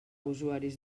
usuaris